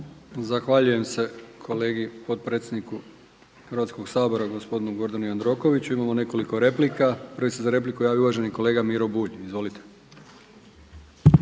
Zahvaljujem se kolegi potpredsjedniku Hrvatskog sabora gospodinu Gordanu Jandrokoviću. Imamo nekoliko replika. Prvi se za repliku javio uvaženi kolega Miro Bulj. Izvolite.